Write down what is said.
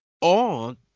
on